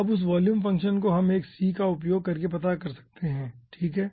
अब उस volume fraction को हम एक c का उपयोग करके पता करते हैं ठीक है